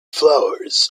flowers